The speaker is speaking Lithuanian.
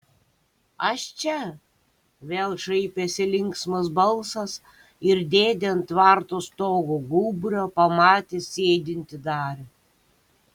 aš čia vėl šaipėsi linksmas balsas ir dėdė ant tvarto stogo gūbrio pamatė sėdintį darių